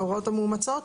ההוראות המאומצות.